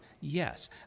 Yes